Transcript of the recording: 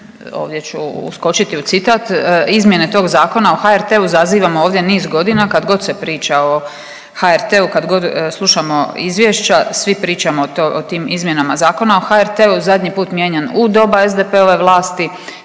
Ovdje ću uskočiti u citat, izmjene tog Zakona o HRT-u zazivamo ovdje niz godina kad god se priča o HRT-u, kad god slušamo izvješća svi pričamo o tim izmjenama Zakona o HRT-u. Zadnji puta mijenjan u doba SDP-ove vlasti,